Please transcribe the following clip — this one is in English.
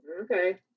Okay